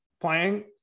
playing